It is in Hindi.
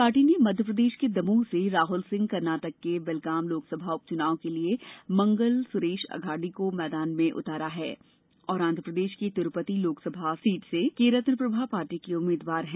पार्टी ने मध्य प्रदेश के दामोह से राहुल सिंह कर्नाटक के बेलगाम लोकसभा उपचुनाव के लिए मंगल सुरेश अघाडी को मैदान में उतारा है और आंध प्रदेश की तिरूपति लोकसभा सीट से के रत्न प्रभा पार्टी की उम्मीदवार हैं